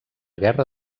guerra